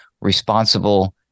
responsible